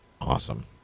Awesome